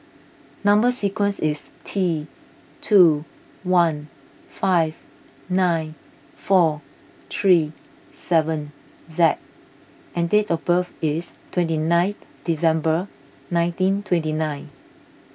Number Sequence is T two one five nine four three seven Z and date of birth is twenty nine December nineteen twenty nine